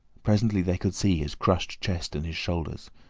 presently they could see his crushed chest and his shoulders,